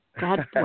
God